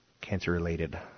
Cancer-related